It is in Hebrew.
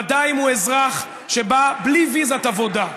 וודאי אם הוא אזרח שבא בלי ויזת עבודה,